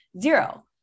Zero